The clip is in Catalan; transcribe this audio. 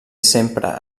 sempre